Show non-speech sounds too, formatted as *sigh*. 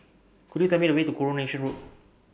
Could YOU Tell Me The Way to Coronation Road *noise*